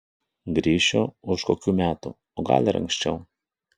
grįšiu už kokių metų o gal ir anksčiau